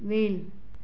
वेल